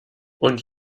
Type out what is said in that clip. und